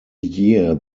year